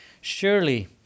Surely